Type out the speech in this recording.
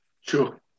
Sure